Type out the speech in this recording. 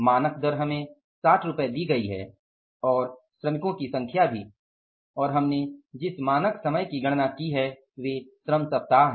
मानक दर हमें 60 दी गई है और श्रमिकों की संख्या भी और हमने जिस मानक समय की गणना की है कि वे श्रम सप्ताह हैं